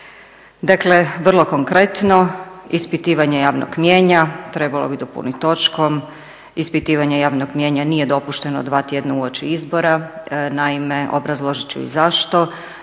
Dakle, vrlo konkretno. Ispitivanje javnog mijenja trebalo bi dopuniti točkom - Ispitivanje javnog mijenja nije dopušteno dva tjedna uoči izbora. Naime, obrazložit ću i zašto.